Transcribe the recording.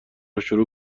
شروع